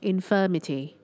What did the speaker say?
Infirmity